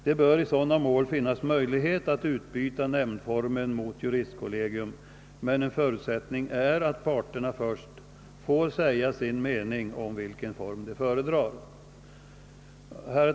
Det bör i sådana mål finnas möjlighet att utbyta nämndformen mot juristkollegium, men en förutsättning är att parterna först får säga sin mening om vilken form de föredrar.